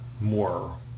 more